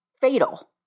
fatal